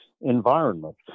environment